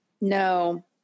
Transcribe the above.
No